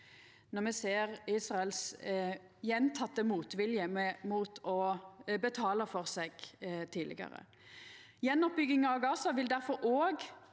når me ser Israels gjentekne motvilje mot å betala for seg tidlegare. Gjenoppbygginga av Gaza vil difor